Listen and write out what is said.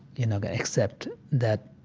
you know, accept that